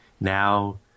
now